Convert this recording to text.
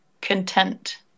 content